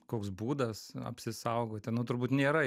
koks būdas apsisaugoti nu turbūt nėra